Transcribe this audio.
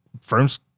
firms